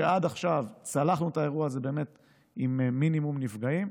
שעד עכשיו צלחנו את האירוע הזה באמת עם מינימום נפגעים.